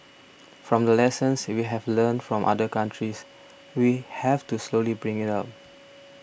from the lessons we have learnt from other countries we have to slowly bring it up